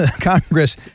Congress